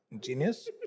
genius